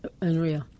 unreal